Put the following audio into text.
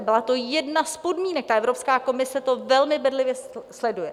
Byla to jedna z podmínek a Evropská komise to velmi bedlivě sleduje.